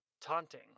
taunting